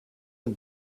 het